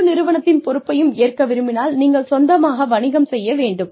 முழு நிறுவனத்தின் பொறுப்பையும் ஏற்க விரும்பினால் நீங்கள் சொந்தமாக வணிகம் செய்ய வேண்டும்